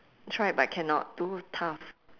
tried but cannot too tough